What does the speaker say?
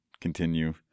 continue